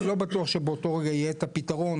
לא בטוח שבאותו רגע יהיה הפתרון,